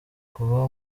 kuba